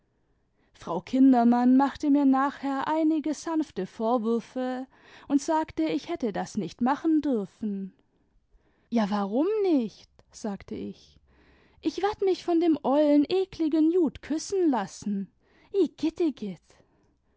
frau kindermann machte mir nachher einige sanfte vorwürfe und sagte ich hätte das nicht machen dürfen ja warum nicht sagte ich ich werd mich von dem ollen ekligen jud küssen lassen i